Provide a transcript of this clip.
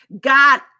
God